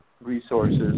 resources